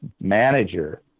manager